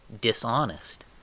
dishonest